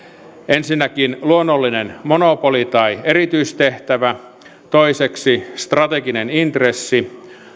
ensinnäkin luonnollinen monopoli tai erityistehtävä toiseksi strateginen intressi